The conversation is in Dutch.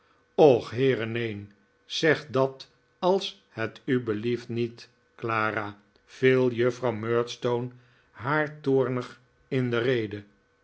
och heere neen zeg dat als het u belieft niet clara viel juffrouw murdstone haar toornig in de rede